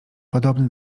podobny